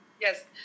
Yes